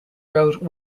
wrote